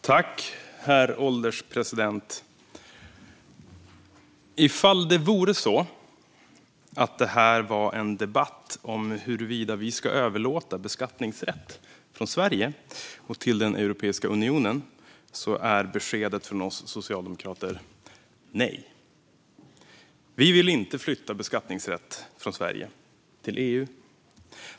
Herr ålderspresident! Om det vore så att det här är en debatt om huruvida vi ska överlåta beskattningsrätt från Sverige till Europeiska unionen är beskedet från oss socialdemokrater nej. Vi vill inte flytta beskattningsrätt från Sverige till EU.